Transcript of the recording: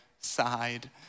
side